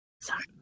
Sorry